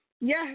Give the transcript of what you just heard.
Yes